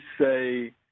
say